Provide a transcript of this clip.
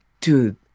Dude